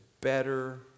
better